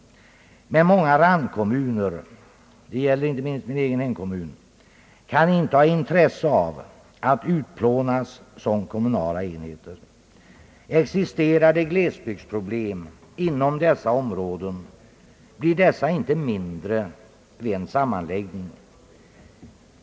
Men många randkommuner kan inte ha intresse av att utplånas som kommunala enheter. Existerar det glesbygdsproblem inom dessa områden blir dessa inte mindre vid en sammanläggning.